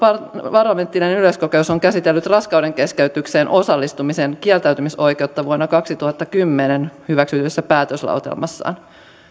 parlamentaarinen yleiskokous on käsitellyt raskaudenkeskeytykseen osallistumisen kieltäytymisoikeutta vuonna kaksituhattakymmenen hyväksytyssä päätöslauselmassaan